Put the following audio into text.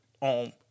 on